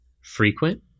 frequent